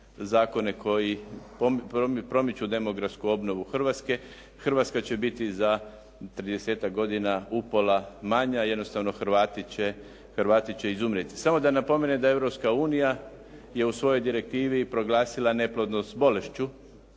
zakone koji promiču demografsku obnovu Hrvatske. Hrvatska će biti za tridesetak godina upola manja. Jednostavno Hrvati će izumrijeti. Samo da napomenem da Europska unija je u svojoj direktivi proglasila neplodnost bolešću